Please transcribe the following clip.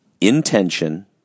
Intention